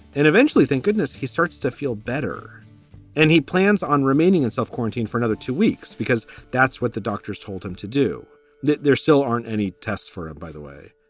and eventually, thank goodness, he starts to feel better and he plans on remaining and self-quarantine for another two weeks, because that's what the doctors told him to do there still aren't any tests for him, by the way